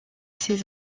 ses